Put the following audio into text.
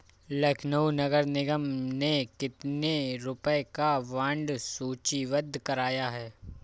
लखनऊ नगर निगम ने कितने रुपए का बॉन्ड सूचीबद्ध कराया है?